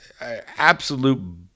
Absolute